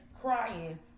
crying